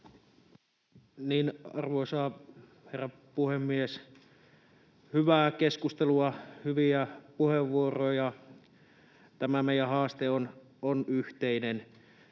Arvoisa herra puhemies! Hyvää keskustelua, hyviä puheenvuoroja. Tämä meidän haaste on yhteinen.